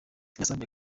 yasabye